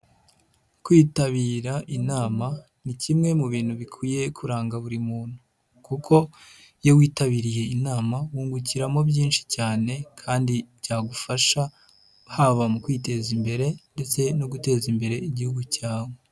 Kwitabira inama, ni kimwe mu bintu bikwiye kuranga buri muntu kuko iyo witabiriye inama wungukiramo byinshi cyane kandi byagufasha, haba mu kwiteza imbere ndetse no guteza imbere igihugu cyawe.